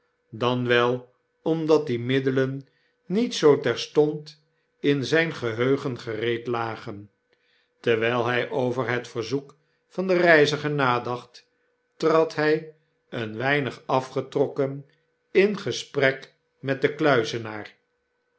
dan wel omdat die middelen niet zoo terstond in zijn geheugen gereed lagen terwijl hjj over het verzoek van den reiziger nadacht trad hy een weinig afgetrokken in gesprek met den kluizenaar